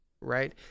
right